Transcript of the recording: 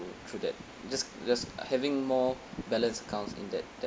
through that just just having more balance accounts in that that